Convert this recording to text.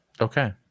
okay